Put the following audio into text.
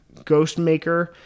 Ghostmaker